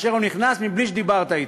כאשר הוא נכנס, מבלי שדיברת אתי,